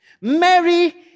Mary